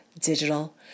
digital